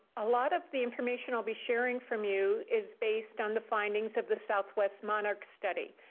a lot of the information i'll be sharing from you is based on the findings of the southwest monarch study.